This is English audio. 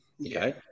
okay